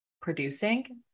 producing